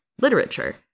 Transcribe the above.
literature